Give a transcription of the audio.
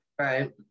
Right